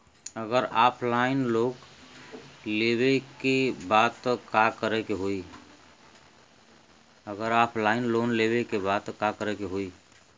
अगर offline loan लेवे के बा त का करे के होयी?